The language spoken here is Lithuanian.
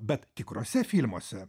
bet tikruose filmuose